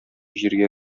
җиргә